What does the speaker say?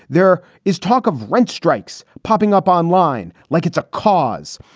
there is talk of rent strikes popping up online like it's a cause.